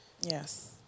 yes